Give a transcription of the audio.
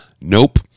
nope